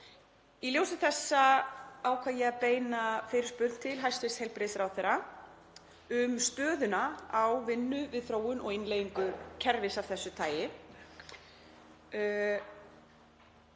Í ljósi þessa ákvað ég að beina fyrirspurn til hæstv. heilbrigðisráðherra um stöðuna á vinnu við þróun og innleiðingu kerfis af þessu tagi.